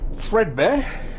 threadbare